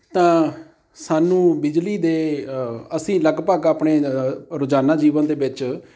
ਤਾਂ ਸਾਨੂੰ ਬਿਜਲੀ ਦੇ ਅਸੀਂ ਲਗਭਗ ਆਪਣੇ ਰੋਜ਼ਾਨਾ ਜੀਵਨ ਦੇ ਵਿੱਚ